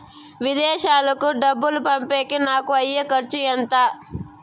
విదేశాలకు డబ్బులు పంపేకి నాకు అయ్యే ఖర్చు ఎంత?